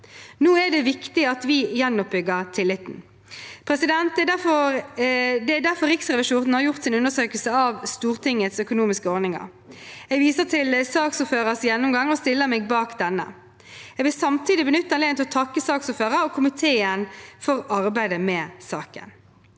Nå er det viktig at vi gjenoppbygger tilliten. Det er derfor Riksrevisjonen har gjort sin undersøkelse av Stortingets økonomiske ordninger. Jeg viser til saksordførerens gjennomgang og stiller meg bak denne. Jeg vil samtidig benytte anledningen til å takke saksordføreren og komiteen for arbeidet med saken.